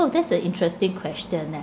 oh that's a interesting question eh